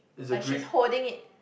but she's holding it